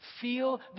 Feel